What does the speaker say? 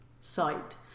site